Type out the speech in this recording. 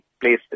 places